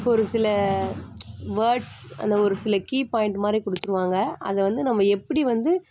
ஒரு சில வோர்ட்ஸ் அந்த ஒரு சில கீ பாயிண்டு மாதிரி கொடுத்துருவாங்க அதை வந்து நம்ம எப்படி வந்து